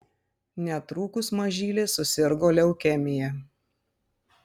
netrukus mažylė susirgo leukemija